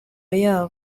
yabo